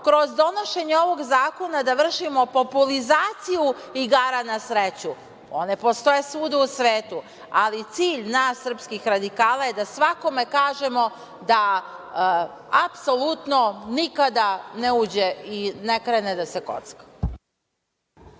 kroz donošenje ovog zakona da vršimo populizaciju igara na sreću. One postoje svuda u svetu, ali cilj nas srpskih radikala je da svakome kažemo da apsolutno nikada ne uđe i ne krene da se kocka.